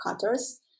cutters